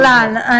בכלל.